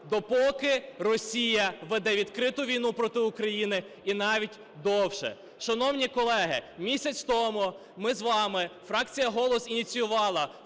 допоки Росія веде відкриту війну проти України, і навіть довше. Шановні колеги, місяць тому ми з вами, фракція "Голос" ініціювала,